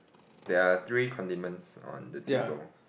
there are three condiments on the table